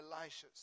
Elisha's